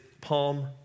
Palm